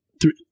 three